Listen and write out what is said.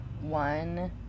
one